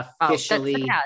officially